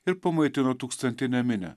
ir pamaitino tūkstantinę minią